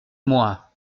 moi